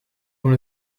dont